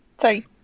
Sorry